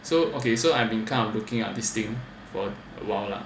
so okay so I've been kind of looking at this thing for awhile lah